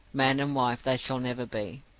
man and wife they shall never be.